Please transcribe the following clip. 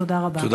תודה רבה.